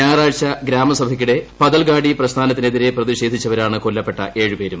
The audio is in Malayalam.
ഞായറാഴ്ച ഗ്രാമസഭയ്ക്കിടെ പതൽഗാഡി പ്രസ്ഥാനത്തിനെതിരെ പ്രതിഷേധിച്ചവരാണ് കൊല്ലപ്പെട്ട ഏഴ് പേരും